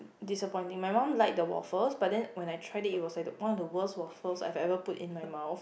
disappointing my mum like the waffles but then when I try it it was like the one of the worst waffles I have ever put in my mouth